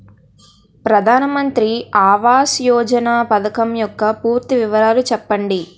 ప్రధాన మంత్రి ఆవాస్ యోజన పథకం యెక్క పూర్తి వివరాలు చెప్పండి?